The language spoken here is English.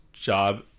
job